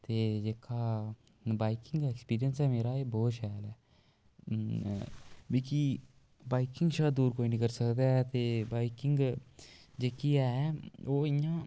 ते जेह्का biking experience ऐ मेरा एह् बहुत शैल ऐ ते मिकी बाईकिंग शा दूर कोई नेईं करी सकदा ऐ ते बाईकिंग जेह्की ऐ ओह् इ'यां